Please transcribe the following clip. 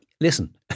listen